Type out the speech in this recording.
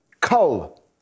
cull